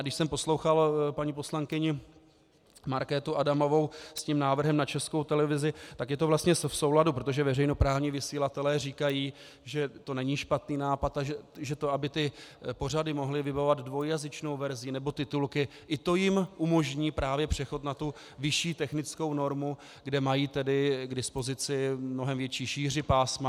Když jsem poslouchal paní poslankyni Markétu Adamovou s návrhem na Českou televizi, je to vlastně v souladu, protože veřejnoprávní vysílatelé říkají, že to není špatný nápad a že aby ty pořady mohli vybavovat dvojjazyčnou verzí nebo titulky, i to jim umožní právě přechod na vyšší technickou normu, kde mají tedy k dispozici mnohem větší šíři pásma.